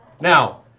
Now